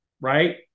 right